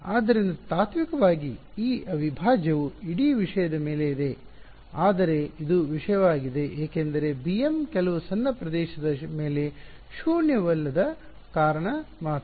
ಆದ್ದರಿಂದ ತಾತ್ವಿಕವಾಗಿ ಈ ಅವಿಭಾಜ್ಯವು ಇಡೀ ವಿಷಯದ ಮೇಲೆ ಇದೆ ಆದರೆ ಇದು ವಿಷಯವಾಗಿದೆ ಏಕೆಂದರೆ bm ಕೆಲವು ಸಣ್ಣ ಪ್ರದೇಶದ ಮೇಲೆ ಶೂನ್ಯವಲ್ಲದ ಕಾರಣ ಮಾತ್ರ